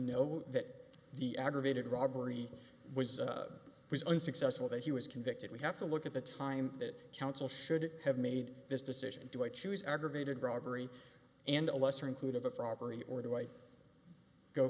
know that the aggravated robbery was was unsuccessful that he was convicted we have to look at the time that counsel should have made this decision do i choose aggravated robbery and a lesser included the froggery or do i go